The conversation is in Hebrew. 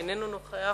שאיננו נוכח,